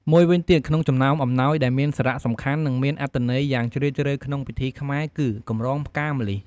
មួយវិញទៀតក្នុងចំណោមអំណោយដែលមានសារសំខាន់និងមានអត្ថន័យយ៉ាងជ្រាលជ្រៅក្នុងពិធីខ្មែរ គឺ កម្រងផ្កាម្លិះ ។